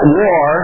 war